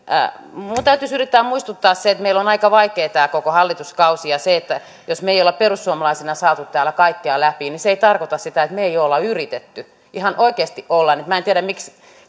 minun täytyisi yrittää muistuttaa se että meillä on aika vaikea tämä koko hallituskausi ja se että jos me emme ole perussuomalaisina saaneet täällä kaikkea läpi ei tarkoita sitä että me emme olisi yrittäneet ihan oikeasti olemme minä en tiedä miksi